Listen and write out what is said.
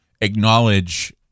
acknowledge